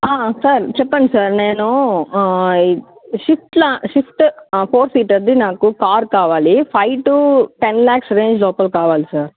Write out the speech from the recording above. sir చెప్పండి sir నేను ఆ స్విఫ్ట్ లా స్విఫ్ట్ ఫోర్ సీటర్ది నాకు కార్ కావాలి five to ten lakhs range లోపల కావాలి సార్